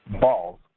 balls